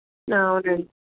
అవునండి